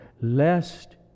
lest